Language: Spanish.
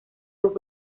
dos